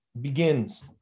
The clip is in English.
begins